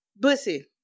bussy